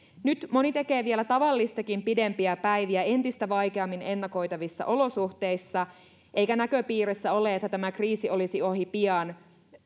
nyt moni tekee vielä tavallistakin pidempiä päiviä entistä vaikeammin ennakoitavissa olosuhteissa eikä näköpiirissä ole että tämä kriisi olisi ohi pian